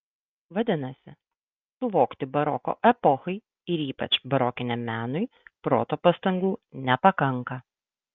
vadinasi suvokti baroko epochai ir ypač barokiniam menui proto pastangų nepakanka